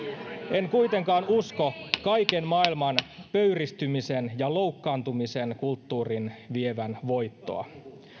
en kuitenkaan usko kaiken maailman pöyristymisen ja loukkaantumisen kulttuurin vievän voittoa